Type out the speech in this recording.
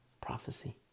prophecy